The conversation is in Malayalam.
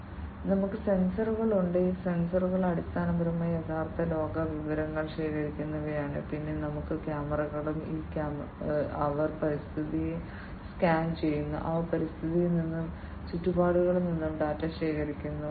ഞങ്ങൾക്ക് സെൻസറുകൾ ഉണ്ട് ഈ സെൻസറുകൾ അടിസ്ഥാനപരമായി യഥാർത്ഥ ലോക വിവരങ്ങൾ ശേഖരിക്കുന്നവയാണ് പിന്നെ നമുക്ക് ക്യാമറകളും ഈ ക്യാമറകളും അവർ പരിസ്ഥിതിയെ സ്കാൻ ചെയ്യുന്നു അവ പരിസ്ഥിതിയിൽ നിന്നും ചുറ്റുപാടുകളിൽ നിന്നും ഡാറ്റ ശേഖരിക്കുന്നു